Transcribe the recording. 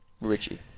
Richie